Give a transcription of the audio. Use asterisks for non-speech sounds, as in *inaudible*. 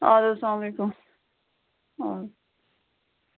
آد حَظ اسلام علیکُم *unintelligible*